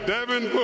Devin